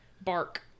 bark